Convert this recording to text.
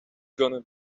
gonna